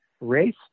race